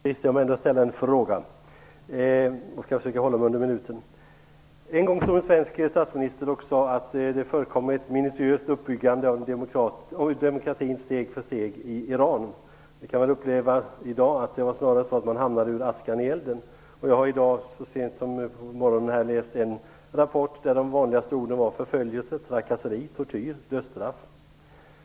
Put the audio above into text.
Herr talman! Trots talmannens bestämda blickar dristar jag mig ändå att ställa en fråga. Jag skall försöka hålla mig under en minut. En gång stod en svensk statsminister och sade att det förekommer ett minutiöst uppbyggande av demokratin steg för steg i Iran. Vi kan väl i dag uppleva att det snarare var så att man hamnade ur askan i elden. Jag har så sent som i dag på morgonen läst en rapport där de vanligaste orden var förföljelse, trakasserier, tortyr och dödsstraff.